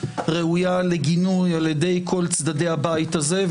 ראויה לגינוי על ידי כל צדדי הבית הזה,